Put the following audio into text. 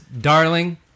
darling